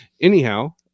anyhow